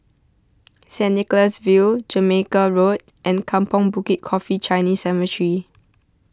St Nicholas View Jamaica Road and Kampong Bukit Coffee Chinese Cemetery